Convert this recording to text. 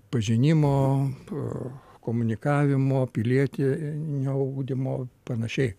pažinimo komunikavimo pilietinio ugdymo panašiai